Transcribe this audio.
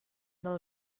del